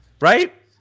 right